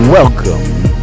Welcome